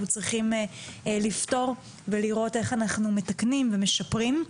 צריכים לפתור ולראות איך אנחנו מתקנים ומשפרים.